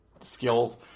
skills